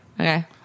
Okay